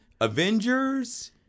Avengers